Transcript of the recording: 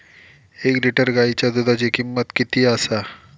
एक लिटर गायीच्या दुधाची किमंत किती आसा?